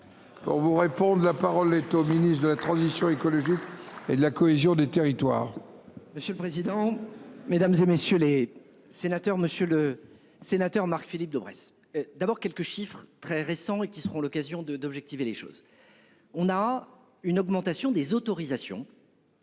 On vous réponde. La parole est au ministre de la transition écologique et de la cohésion des territoires. Monsieur le président, Mesdames, et messieurs les sénateurs, monsieur le sénateur, Marc-Philippe Daubresse. D'abord quelques chiffres très récent et qui seront l'occasion de d'objectiver les choses. On a une augmentation des autorisations.